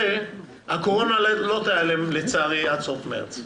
הקורונה לא תיעלם, לצערי, עד סוף מרס.